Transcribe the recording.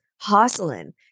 hustling